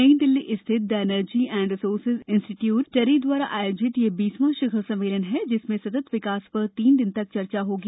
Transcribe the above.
नई दिल्ली स्थित the energy and resources institute TERI द्वारा आयोजित यह बीसवां शिखर सम्मेलन है जिसमें सतत विकास पर तीन दिन तक चर्चा होगी